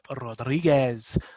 Rodriguez